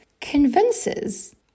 convinces